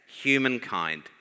humankind